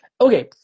okay